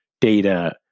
data